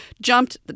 jumped